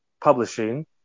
publishing